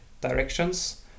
directions